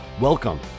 Welcome